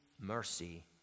mercy